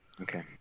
Okay